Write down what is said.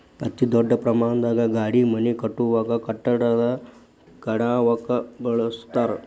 ಅತೇ ದೊಡ್ಡ ಪ್ರಮಾಣದ ಗಾಡಿ ಮನಿ ಕಟ್ಟುವಾಗ, ಕಟ್ಟಡಾ ಕೆಡವಾಕ ಬಳಸತಾರ